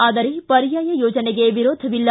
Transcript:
ಆದರೆ ಪರ್ಯಾಯ ಯೋಜನೆಗೆ ವಿರೋಧವಿಲ್ಲ